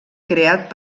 creat